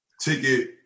Ticket